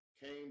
came